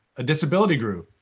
a disability group.